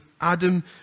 Adam